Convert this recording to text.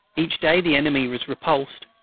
each day the enemy was repulsed.